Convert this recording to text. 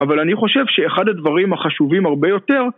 אבל אני חושב שאחד הדברים החשובים הרבה יותר